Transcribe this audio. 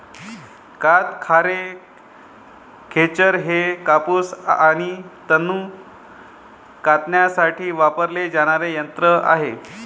कातणारे खेचर हे कापूस आणि तंतू कातण्यासाठी वापरले जाणारे यंत्र आहे